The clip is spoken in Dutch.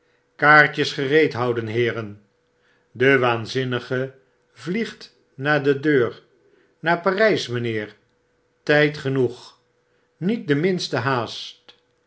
kaartjes gereed houden heeren de waanzinnige vliet naar de deur naar parys mijnheer tfld genoeg niet de minste haast